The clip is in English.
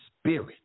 spirit